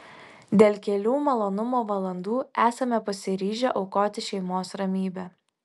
dėl kelių malonumo valandų esame pasiryžę aukoti šeimos ramybę